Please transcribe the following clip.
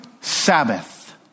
Sabbath